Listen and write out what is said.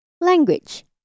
language